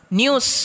news